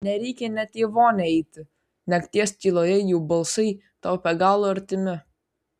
nereikia net į vonią eiti nakties tyloje jų balsai tau be galo artimi